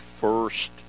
first